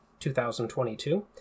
2022